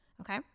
Okay